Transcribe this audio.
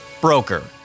Broker